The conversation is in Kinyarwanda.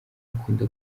akunda